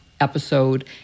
episode